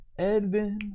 Edvin